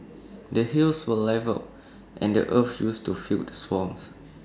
the hills were levelled and the earth used to fill the swamps